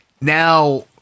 now